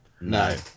No